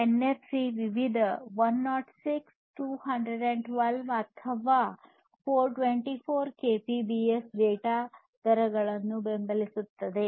NFC ವಿವಿಧ 106 212 ಅಥವಾ 424 kbps data ದರಗಳನ್ನು ಬೆಂಬಲಿಸುತ್ತದೆ